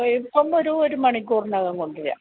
ഇപ്പം ഒരൂ ഒര് മണിക്കൂറിനകം കൊണ്ടുവരാം